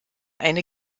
eine